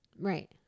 right